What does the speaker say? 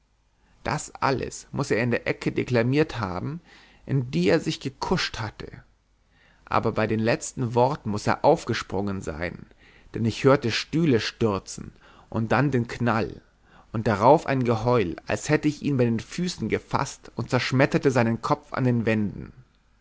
das alles muß er in der ecke deklamiert haben in die er sich gekuscht hatte aber bei den letzten worten muß er aufgesprungen sein denn ich hörte stühle stürzen und dann den knall und darauf ein geheul als hätte ich ihn bei den füßen gefaßt und zerschmetterte seinen kopf an den wänden